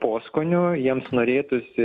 poskoniu jiems norėtųsi